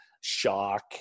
shock